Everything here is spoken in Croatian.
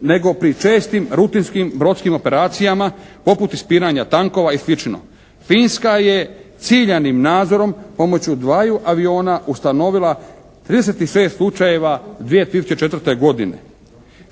nego pri čestim rutinskim brodskim operacijama poput ispiranja tankova i slično. Finska je ciljanim nadzorom pomoću dvaju aviona ustanovila 36 slučajeva 2004. godine.